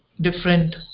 different